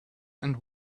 and